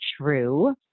true